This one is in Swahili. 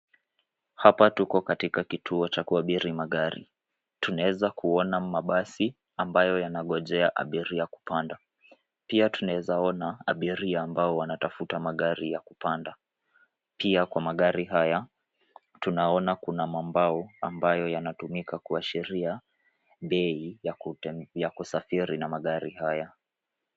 Hapa tuko katika kituo cha kuabiri magari. Tunaeza kuona mabasi ambayo yanangojea abiri kupanda. Pia tuneza ona abiria ambao wanatafuta magari ya kupanda. Pia kwa magari haya, tunaona kuna mambao ambayo yanatumika kuashiria bei ya kusafiri na magari haya.